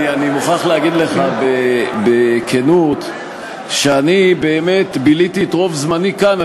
אני מוכרח להגיד לך בכנות שאני באמת ביליתי את רוב זמני כאן.